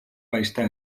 баяртай